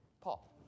Paul